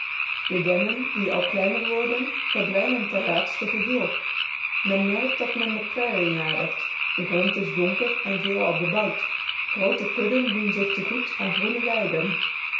de dennen die al kleiner worden verdwijnen ten laatste geheel men merkt dat men de prairie nadert de grond is donker en veelal bebouwd groote kudden doen zich te goed aan groene weiden